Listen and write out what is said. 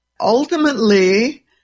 Ultimately